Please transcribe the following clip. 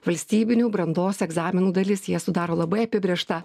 valstybinių brandos egzaminų dalis jie sudaro labai apibrėžtą